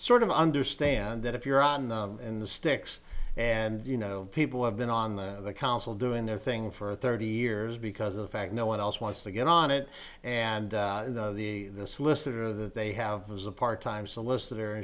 sort of understand that if you're on the in the sticks and you know people have been on the council doing their thing for thirty years because of the fact no one else wants to get on it and the solicitor that they have was a part time solicitor